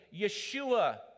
Yeshua